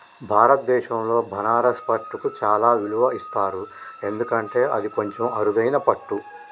భారతదేశంలో బనారస్ పట్టుకు చాలా విలువ ఇస్తారు ఎందుకంటే అది కొంచెం అరుదైన పట్టు